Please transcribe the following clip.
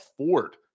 afford